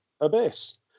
Abyss